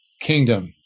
kingdom